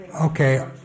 okay